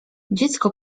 dziecko